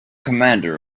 commander